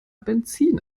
benzin